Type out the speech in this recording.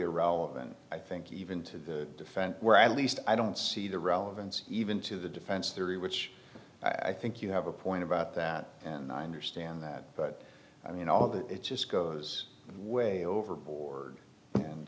irrelevant i think even to the defense we're at least i don't see the relevance even to the defense theory which i think you have a point about that and i understand that but i mean all of that it just goes way overboard and